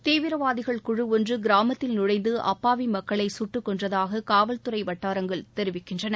தீவிரவாதிகள் குழு ஒன்று கிராமத்தில் நுழைந்து அப்பாவி மக்களை கட்டுக்கொன்றதாக காவல்துறை வட்டாரங்கள் தெரிவிக்கின்றன